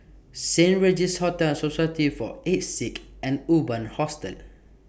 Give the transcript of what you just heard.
Saint Regis Hotel Society For Aged Sick and Urban Hostel